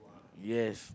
yes